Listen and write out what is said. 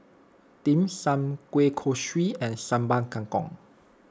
Dim Sum Kueh Kosui and Sambal Kangkong